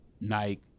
Nike